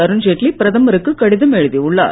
அருண்ஜெட்லி பிரதமருக்கு கடிதம் எழுதியுள்ளார்